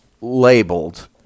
labeled